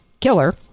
killer